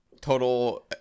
total